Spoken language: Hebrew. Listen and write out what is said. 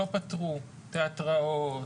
לא פטרו תיאטראות,